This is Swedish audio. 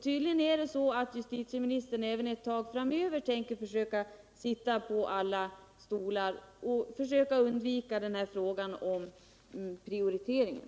Tydligen tänker justitieministern även ett tag framöver försöka sitta på alla stolar och undvika frågan om prioriteringen.